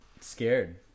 scared